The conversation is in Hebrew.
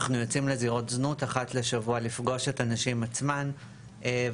אנחנו יוצאים לזירות זנות אחת לשבוע לפגוש את הנשים עצמן ובהצלחה,